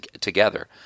together